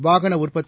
வாகனஉற்பத்தி